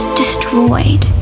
destroyed